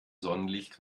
sonnenlicht